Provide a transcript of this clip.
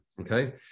Okay